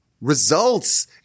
results